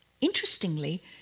interestingly